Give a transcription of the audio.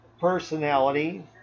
personality